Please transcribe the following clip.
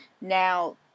now